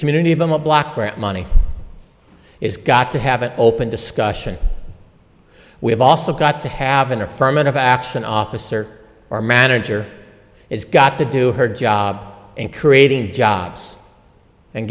community of a block grant money is got to have an open discussion we've also got to happen or firman of action officer or manager it's got to do her job and creating jobs and